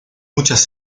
muchas